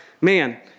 man